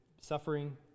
suffering